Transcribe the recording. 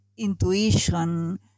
intuition